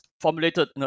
formulated